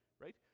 right